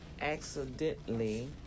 accidentally